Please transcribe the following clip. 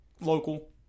local